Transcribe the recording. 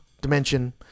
Dimension